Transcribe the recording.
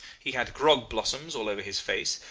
he had grog-blossoms all over his face,